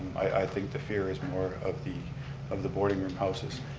i think the fear is more of the of the boarding room houses.